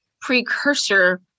precursor